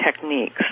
techniques